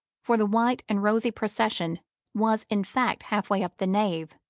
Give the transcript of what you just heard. for the white and rosy procession was in fact half way up the nave,